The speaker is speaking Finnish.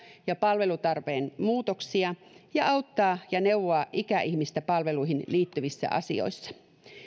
ja palvelutarpeen muutoksia ja auttaa ja neuvoa ikäihmistä palveluihin liittyvissä asioissa